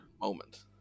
moment